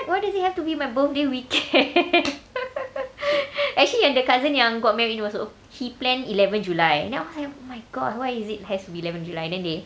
what why does it have to be my birthday weekend actually yang the cousin yang got married also he planned eleven july then aku macam oh my god why is it has to be eleven july then they